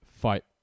fight